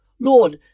lord